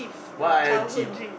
what I achieve ah